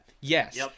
yes